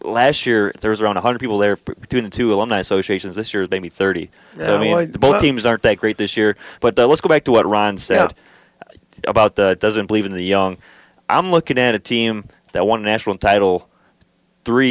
last year there was around one hundred people there doing two alumni associations this year they made thirty teams aren't that great this year but let's go back to what ron said about the doesn't believe in the young i'm looking at a team that won national title three